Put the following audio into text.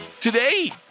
Today